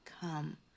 come